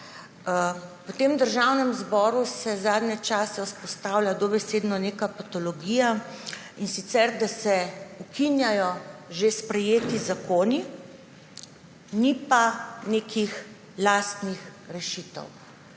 V Državnem zboru se v zadnjem čase vzpostavlja v zadnje čase dobesedno neka patologija, in sicer da se ukinjajo že sprejeti zakoni, ni pa nekih lastnih rešitev.